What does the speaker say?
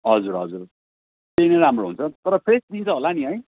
हजुर हजुर त्यही नै राम्रो हुन्छ तर फ्रेस दिन्छ होला नि है